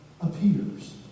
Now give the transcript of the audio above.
appears